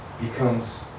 becomes